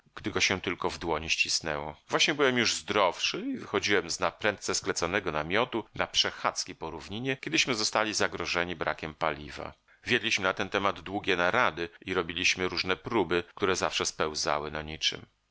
go się tylko w dłoni ścisnęło właśnie byłem już zdrowszy i wychodziłem z naprędce skleconego namiotu na przechadzki po równinie kiedyśmy zostali zagrożeni brakiem paliwa wiedliśmy na ten temat długie narady i robiliśmy różne próby które zawsze spełzały na niczem